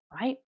Right